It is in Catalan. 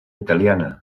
italiana